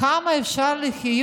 כמה אפשר להיות,